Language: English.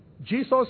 Jesus